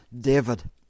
David